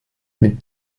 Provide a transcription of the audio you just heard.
mit